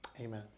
Amen